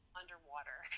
underwater